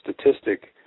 statistic